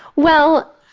well,